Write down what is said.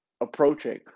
approaching